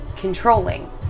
controlling